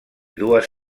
dues